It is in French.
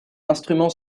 instrument